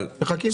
מחכים.